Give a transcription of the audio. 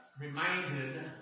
reminded